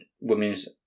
Women's